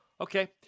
Okay